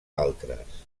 altres